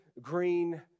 green